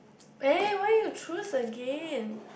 eh why you choose again